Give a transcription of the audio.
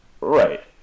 Right